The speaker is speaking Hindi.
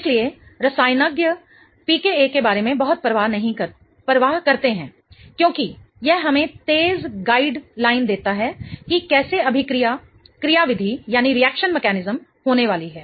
इसलिए रसायनज्ञ pKa के बारे में बहुत परवाह करते हैं क्योंकि यह हमें तेज गाइड लाइन देता है कि कैसे अभिक्रिया क्रियाविधि होने वाली है